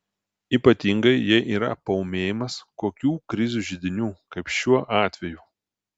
ypatingai jei yra paūmėjimas kokių krizių židinių kaip šiuo atveju